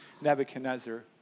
Nebuchadnezzar